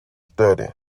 study